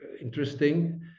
interesting